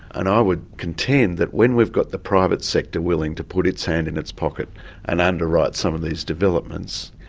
and i would contend that when we've got the private sector willing to put its hand in its pocket and underwrite some of these developments,